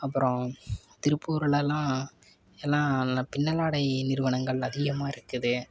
அப்பறம் திருப்பூர்லெலாம் எல்லாம் நல்ல பின்னலாடை நிறுவனங்கள் அதிகமாக இருக்குது